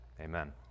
amen